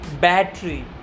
battery